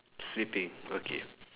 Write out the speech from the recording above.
sleeping okay